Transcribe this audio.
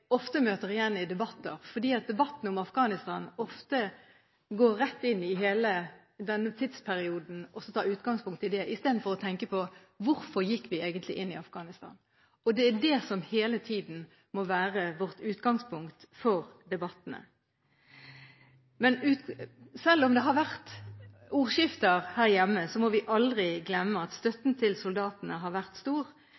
ofte møter igjen i debatter fordi debatten om Afghanistan ofte går rett inn i hele denne tidsperioden, og tar utgangspunkt i det, i stedet for å tenke på hvorfor vi egentlig gikk inn i Afghanistan. Og det er det som hele tiden må være vårt utgangspunkt for debattene. Selv om det har vært ordskifter her hjemme, må vi aldri glemme at